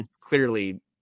clearly –